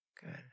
Good